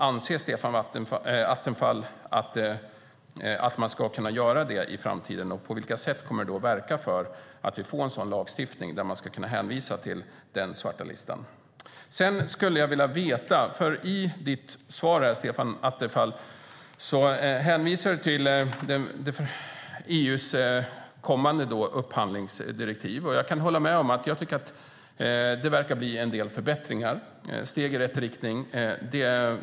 Anser Stefan Attefall att man ska kunna göra det i framtiden? På vilka sätt kommer du att verka för att vi får en sådan lagstiftning där man ska kunna hänvisa till den svarta listan? I ditt svar, Stefan Attefall, hänvisar du till EU:s kommande upphandlingsdirektiv. Jag kan hålla med om att det verkar bli en del förbättringar och steg i rätt riktning.